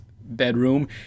bedroom